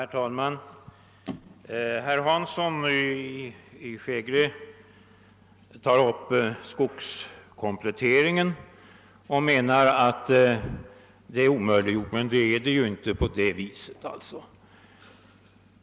Herr talman! Herr Hansson i Skegrie sade att de mindre jordbruken borde kompletteras med skog men ansåg att detta hade omöjliggjorts. Men så är ju inte alls fallet.